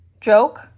Joke